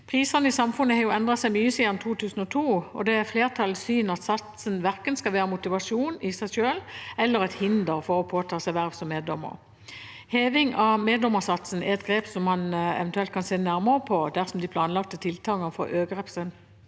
Prisene i samfunnet har endret seg mye siden 2002, og det er flertallets syn at satsen verken skal være en motivasjon i seg selv eller et hinder for å påta seg verv som meddommer. Heving av meddommersatsen er et grep man eventuelt kan se nærmere på dersom de planlagte tiltakene for å øke